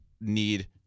need